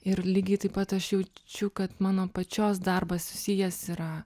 ir lygiai taip pat aš jaučiu kad mano pačios darbas susijęs yra